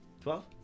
Twelve